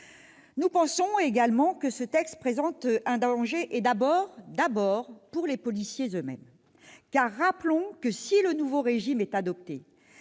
Nous estimons également que ce texte présente un danger, d'abord pour les policiers eux-mêmes. Car rappelons que, si le nouveau régime est adopté,